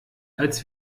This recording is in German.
als